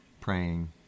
praying